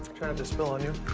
kind of to spill on you.